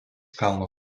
kalno